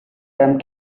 them